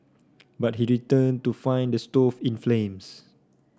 but he returned to find the stove in flames